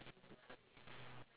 ya ya ya